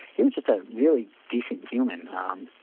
he was just a really decent human. um